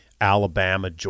Alabama